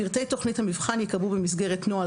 (ב) פרטי תכנית המבחן ייקבעו במסגרת נוהל